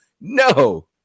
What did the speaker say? no